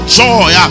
joy